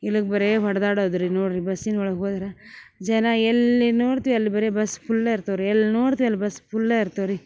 ಇಲಗ ಬರೇ ಹೊಡ್ದಾಡೋದ್ರಿ ನೋಡ್ರಿ ಬಸ್ಸಿನೊಳಗ ಹೋದ್ರ ಜನ ಎಲ್ಲಿ ನೋಡ್ತೀವಿ ಅಲ್ಲಿ ಬರೇ ಬಸ್ ಫುಲ್ಲೇ ಇರ್ತವ್ರಿ ಎಲ್ಲಿ ನೋಡ್ತೆ ಅಲ್ಲಿ ಬಸ್ ಫುಲ್ಲೇ ಇರ್ತವ್ರಿ